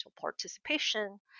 participation